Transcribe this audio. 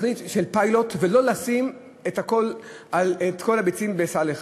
בתהליך של פיילוט, ולא לשים את כל הביצים בסל אחד.